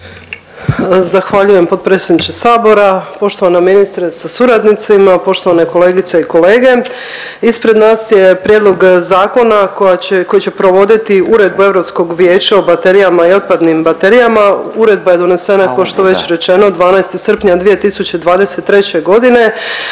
Zahvaljujem potpredsjedniče Sabora, poštovana .../nerazumljivo/... sa suradnicima, poštovane kolegice i kolege. Ispred nas je prijedlog zakona koji će provoditi Uredbu EU Vijeća o baterijama i otpadnim baterijama. Uredba je donesena, kao što je već rečeno 12. srpnja 2023. g.,